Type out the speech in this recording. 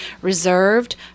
reserved